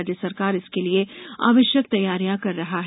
राज्य सरकार इसके लिये आवश्यक तैयारियां कर रहा है